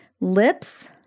lips